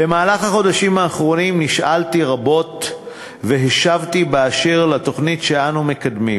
במהלך החודשים האחרונים נשאלתי רבות והשבתי באשר לתוכנית שאנחנו מקדמים,